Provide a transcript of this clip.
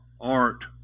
Art